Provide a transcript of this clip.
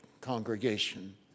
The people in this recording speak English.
congregation